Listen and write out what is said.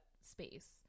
space